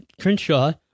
Crenshaw